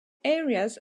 areas